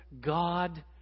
God